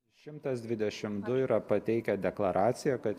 šimtas dvidešim du yra pateikę deklaraciją kad